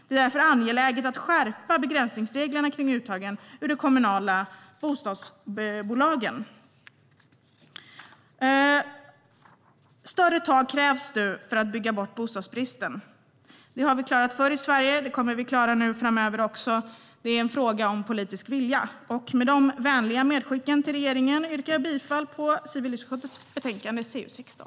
Det är därför angeläget att skärpa begränsningsreglerna kring uttagen ur de kommunala bostadsbolagen. Större tag krävs nu för att bygga bort bostadsbristen. Det har vi klarat förr i Sverige, och det kommer vi att klara nu också. Det är en fråga om politisk vilja. Med de vänliga medskicken till regeringen yrkar jag bifall till civilutskottets förslag i betänkande CU16.